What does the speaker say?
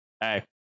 Hey